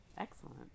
Excellent